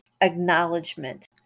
acknowledgement